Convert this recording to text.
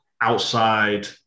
outside